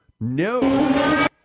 No